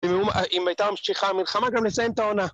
אם הייתה ממשיכה מלחמה גם נסיים את העונה